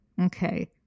Okay